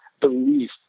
belief